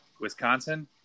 Wisconsin